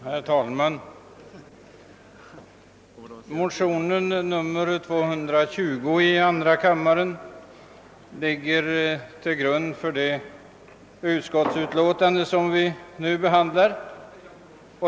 Herr talman! Motion II: 220 ligger ill grund för det utskottsutlåtande vi nu behandlar.